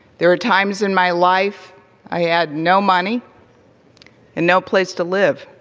there are times in my life i had no money and no place to live